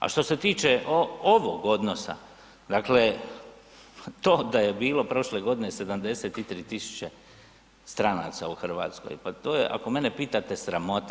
A što se tiče ovog odnose, dakle to da je bilo prošle godine 73.000 stranca u Hrvatskoj, pa to je ako mene pitate sramota.